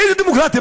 איזו דמוקרטיה?